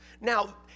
Now